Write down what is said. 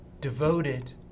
devoted